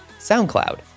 SoundCloud